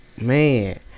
man